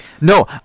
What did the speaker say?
No